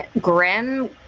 grim